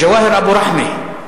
ג'והאר אבו רחמה,